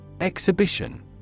Exhibition